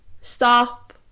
stop